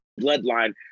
bloodline